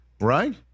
Right